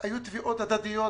היו תביעות הדדיות